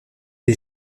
des